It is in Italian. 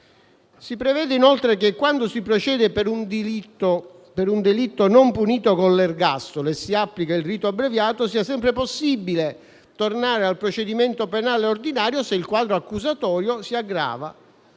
Si prevede inoltre che quando si procede per un delitto non punito con l'ergastolo e si applica il rito abbreviato sia sempre possibile tornare al procedimento penale ordinario se il quadro accusatorio si aggrava